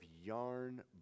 yarn